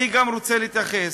אני גם רוצה להתייחס.